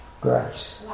Grace